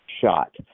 shot